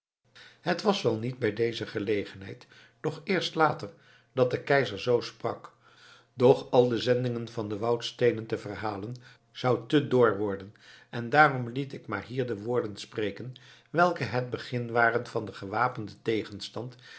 het was wel niet bij deze gelegenheid doch eerst later dat de keizer zoo sprak doch al de zendingen van de woudsteden te verhalen zou te dor worden en daarom liet ik maar hier de woorden spreken welke het begin waren van den gewapenden tegenstand